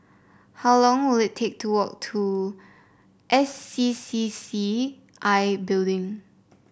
how long will it take to walk to S C C C I Building